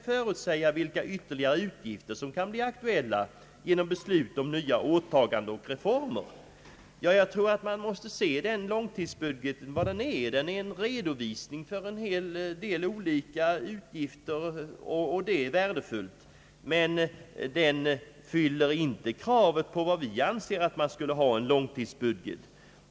förutsäga vilka ytterligare utgifter som kan bli aktuella genom beslut om nya åtaganden och reformer.» Jag tror att man måste ta långtidsbudgeten för vad den är. Den är en redovisning av en del olika utgifter, och det är värdefullt, men den fyller inte kravet på vad vi anser vara en långtidsbudget.